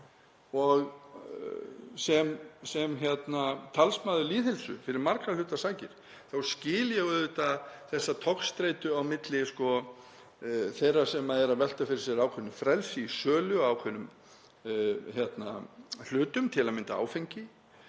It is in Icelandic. Sem talsmaður lýðheilsu fyrir margra hluta sakir þá skil ég auðvitað þessa togstreitu á milli þeirra sem velta fyrir sér ákveðnu frelsi í sölu á ákveðnum hlutum, til að mynda áfengi,